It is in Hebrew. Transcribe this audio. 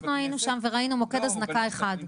אנחנו היינו שם וראינו מוקד הזנקה אחד.